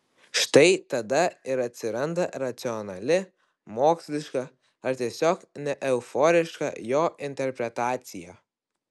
štai tada ir atsiranda racionali moksliška ar tiesiog neeuforiška jo interpretacija